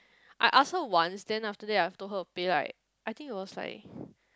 I ask her once then after that I told her to pay right I think he was like